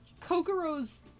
Kokoro's